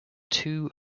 two